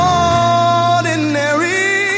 ordinary